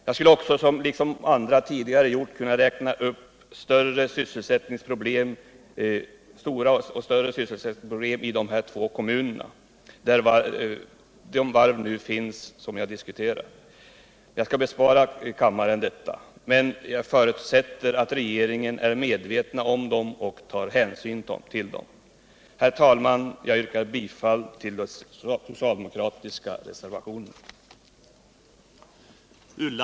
Jag skulle också, liksom andra tidigare gjort, kunna räkna upp stora sysselsättningsproblem i de två kommuner där de varv finns som vi nu diskuterar. Jag skall bespara kammaren detta, men jag förutsätter att regeringen är medveten om problemen och tar hänsyn till dem. Herr talman! Jag yrkar bifall till de socialdemokratiska reservationerna.